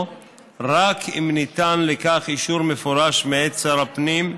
רק אם ניתן לכך אישור מפורש מאת שר הפנים,